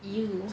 !eww!